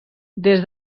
des